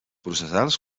processals